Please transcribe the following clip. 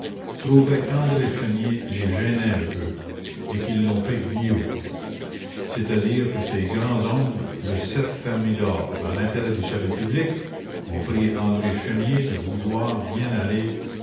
trouvaient qu'andré chénier les gênait un peu et qu'ils l'ont fait guillot c'est-à-dire que ces grands hommes le sept thermidor dans l'intérêt du salut public ont prié andré chénier de vouloir bien aller